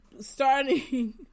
starting